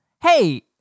hey